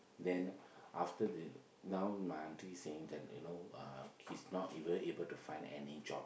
then after the now my aunty is saying that you know uh he is not even able to find any job